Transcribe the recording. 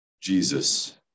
Jesus